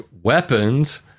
weapons